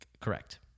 correct